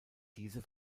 diese